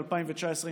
ב-2019,